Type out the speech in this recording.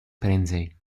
prędzej